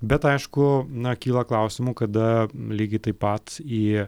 bet aišku na kyla klausimų kada lygiai taip pat į